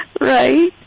Right